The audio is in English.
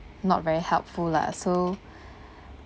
not very helpful lah so